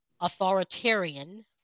authoritarian